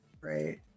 right